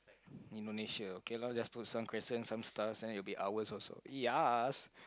Indonesia okay lah just put some questions some stars then it will be ours also yes